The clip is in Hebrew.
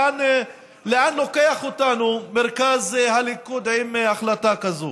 לאן לוקח אותנו מרכז הליכוד עם החלטה כזו?